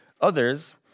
Others